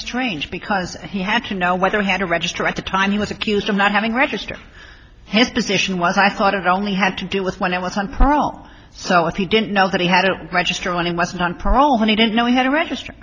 strange because he had to know whether he had a register at the time he was accused of not having register his position was i thought it only had to do with when i was on parole so if he didn't know that he had to register money must be on parole he didn't know he had to register